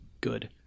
good